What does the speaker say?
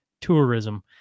tourism